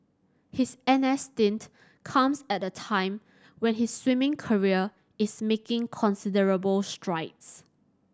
his N S stint comes at a time when his swimming career is making considerable strides